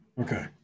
Okay